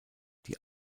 die